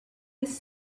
his